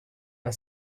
and